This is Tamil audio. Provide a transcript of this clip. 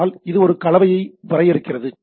ஆனால் அது இந்த கலவையை வரையறுக்கிறது